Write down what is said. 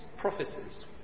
prophecies